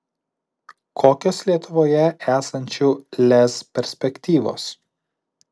kokios lietuvoje esančių lez perspektyvos